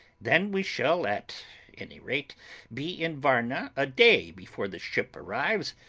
then we shall at any rate be in varna a day before the ship arrives,